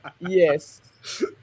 Yes